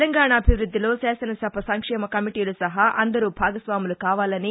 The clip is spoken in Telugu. తెలంగాణ అభివ ృద్దిలో శాసనసభ సంక్షేమ కమిటీలు సహా అందరూ భాగస్వాములు కావాలని